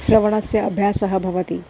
श्रवणस्य अभ्यासः भवति